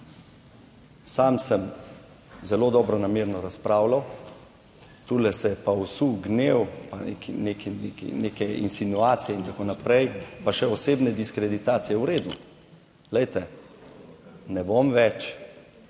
Sam sem zelo dobronamerno razpravljal, tule se je pa usul gnev, pa neke insinuacije in tako naprej, pa še osebne diskreditacije. V redu. Glejte, ne bom več.